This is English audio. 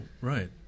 right